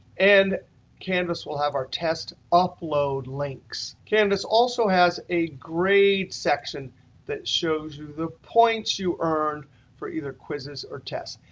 and canvas will have our test upload links. canvas also has a grade section that shows you the points you earned for either quizzes or tests.